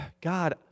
God